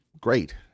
great